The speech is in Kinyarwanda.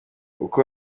uko